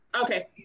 okay